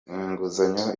inguzanyo